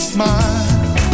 Smile